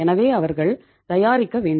எனவே அவர்கள் தயாரிக்க வேண்டும்